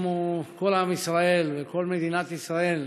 כמו כל עם ישראל וכל מדינת ישראל,